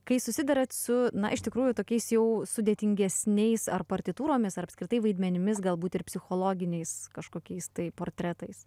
kai susiduriat su na iš tikrųjų tokiais jau sudėtingesniais ar partitūromis ar apskritai vaidmenimis galbūt ir psichologiniais kažkokiais tai portretais